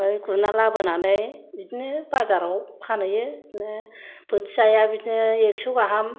गुरना लाबोनानै बिदिनो बाजाराव फानहैयो बिदिनो बोथियाया बिदिनो एखस' गाहाम